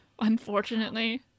unfortunately